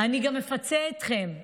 אני גם אפצה אתכן.